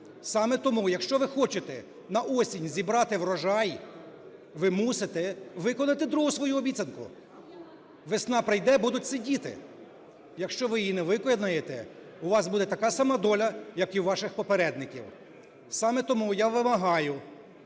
Саме тому, якщо ви хочете на осінь зібрати врожай, ви мусите виконати другу свою обіцянку: весна прийде – будуть сидіти. Якщо ви її не виконаєте, у вас буде така сама доля, як і у ваших попередників. Саме тому я вимагаю